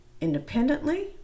independently